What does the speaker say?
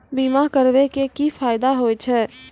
बीमा करबै के की फायदा होय छै?